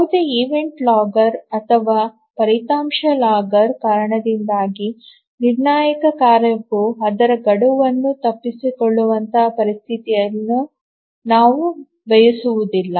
ಯಾವುದೇ event logger ಅಥವಾ ಫಲಿತಾಂಶ ಲಾಗರ್ ಕಾರಣದಿಂದಾಗಿ ನಿರ್ಣಾಯಕ ಕಾರ್ಯವು ಅದರ ಗಡುವನ್ನು ತಪ್ಪಿಸಿಕೊಳ್ಳುವಂತಹ ಪರಿಸ್ಥಿತಿಯನ್ನು ನಾವು ಬಯಸುವುದಿಲ್ಲ